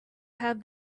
have